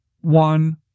one